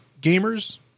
gamers